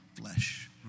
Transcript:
flesh